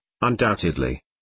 undoubtedly